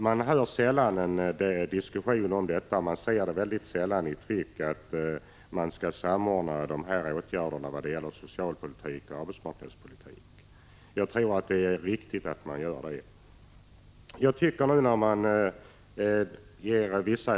Det förs sällan någon diskussion om att samordna åtgärderna inom socialpolitiken och arbetsmarknadspolitiken, men jag tror att det är viktigt att det sker en sådan samordning.